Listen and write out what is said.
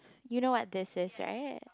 you know what this is right